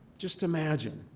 just imagine.